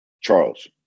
Charles